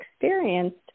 experienced